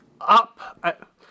up